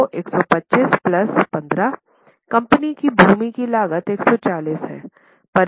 तो 125 plus 15 company को भूमि की लागत 140 है